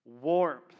warmth